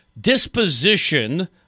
disposition